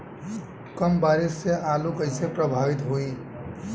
कम बारिस से आलू कइसे प्रभावित होयी?